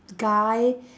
guy